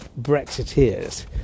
Brexiteers